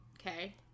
okay